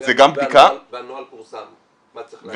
זה גם בדיקה -- והנוהל פורסם מה צריך להגיש.